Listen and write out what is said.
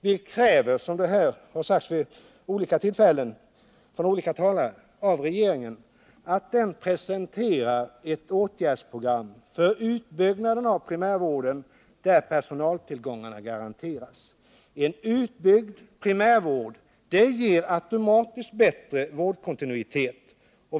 Vi kräver, vilket också har framförts av olika talare här, av regeringen att den presenterar ett åtgärdsprogram för utbyggnaden av primärvården där personaltillgången garanteras. En utbyggd primärvård ger automatiskt bättre vårdkontinuitet.